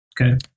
Okay